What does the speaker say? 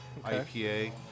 IPA